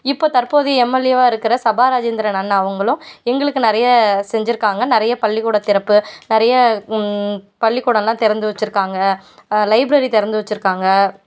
இப்போ தற்போதைய எம்எல்ஏவா இருக்கற சபா ராஜேந்திரன் அண்ணா அவங்களும் எங்களுக்கு நிறைய செஞ்சுருக்காங்க நிறைய பள்ளிக்கூடத்தை திறப்பு நிறைய பள்ளிக்கூடல்லாம் திறந்து வச்சிருக்காங்க லைப்ரரி திறந்து வச்சிருக்காங்க